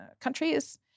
countries